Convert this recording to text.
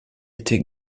été